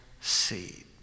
seed